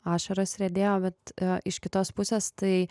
ašaros riedėjo bet iš kitos pusės tai